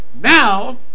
Now